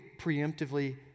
preemptively